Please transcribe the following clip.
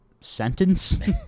sentence